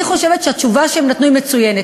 אני חושבת שהתשובה שהם נתנו היא מצוינת.